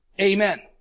Amen